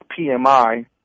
PMI